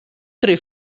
three